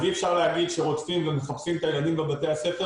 אז אי אפשר להגיד שמחפשים את הילדים בבתי הספר,